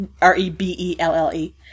R-E-B-E-L-L-E